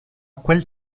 quel